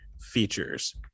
features